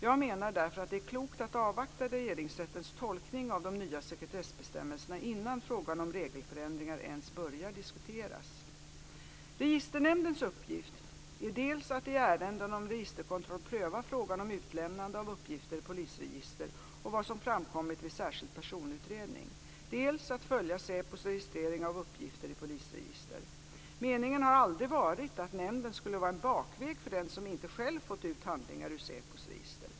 Jag menar därför att det är klokt att avvakta Regeringsrättens tolkning av de nya sekretessbestämmelserna innan frågan om regelförändringar ens börjar diskuteras. Registernämndens uppgift är dels att i ärenden om registerkontroll pröva frågor om utlämnande av uppgifter i polisregister och vad som framkommit vid särskild personutredning, dels att följa SÄPO:s registrering av uppgifter i polisregister. Meningen har aldrig varit att nämnden skulle vara en bakväg för den som inte själv fått ut handlingar ur SÄPO:s register.